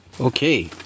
Okay